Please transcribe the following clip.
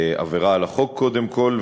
עבירה על החוק קודם כול,